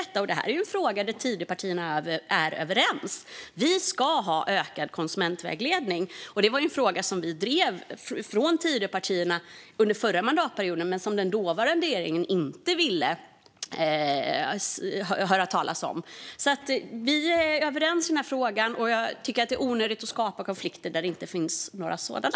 Detta är ju en fråga där Tidöpartierna är överens - Sverige ska ha ökad konsumentvägledning. Det var en fråga som Tidöpartierna drev under den förra mandatperioden men som den dåvarande regeringen inte ville höra talas om. Vi är överens i den här frågan. Jag tycker att det är onödigt att skapa konflikter där det inte finns några sådana.